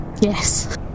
Yes